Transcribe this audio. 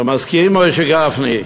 אתה מסכים, מוישה גפני?